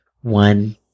one